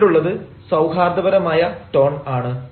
പിന്നീടുള്ളത് സൌഹാർദ്ദപരമായ ടോൺ ആണ്